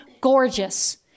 gorgeous